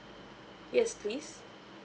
yes please